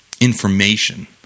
Information